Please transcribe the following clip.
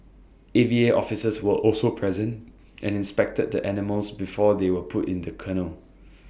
A V A officers were also present and inspected the animals before they were put in the kennel